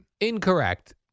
Incorrect